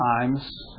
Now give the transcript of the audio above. times